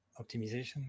optimization